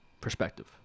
perspective